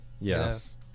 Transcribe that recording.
yes